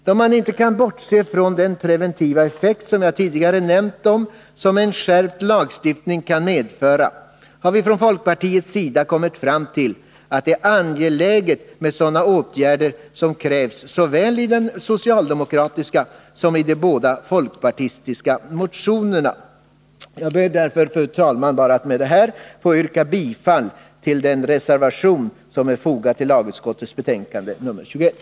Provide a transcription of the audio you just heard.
Då man inte kan bortse från den av mig tidigare nämnda preventiva effekt som en skärpt lagstiftning kan få, har vi från folkpartiets sida kommit fram till att det är angeläget med sådana åtgärder som krävs såväl i den socialdemokratiska som i de båda folkpartistiska motionerna. Jag ber därför, fru talman, med detta bara att få yrka bifall till den reservation som är fogad vid lagutskottets betänkande nr 21.